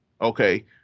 Okay